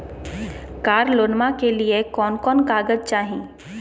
कार लोनमा के लिय कौन कौन कागज चाही?